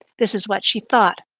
this is what she thought.